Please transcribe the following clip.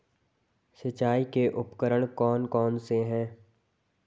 सिंचाई के उपकरण कौन कौन से हैं?